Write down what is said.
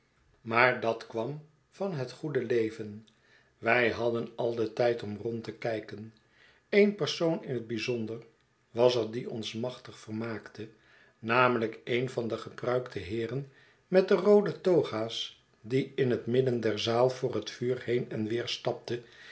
houdt dat kwam van het goede leven wij hadden al den tijd om rond te kijken een persoon in het bijzonder was er die ons machtig vermaakte namelijk een van de gepruikte heeren met de roode toga's die in het midden der zaal voor het vuur heen en weer stapte